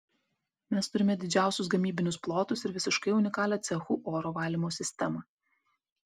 mes turime didžiausius gamybinius plotus ir visiškai unikalią cechų oro valymo sistemą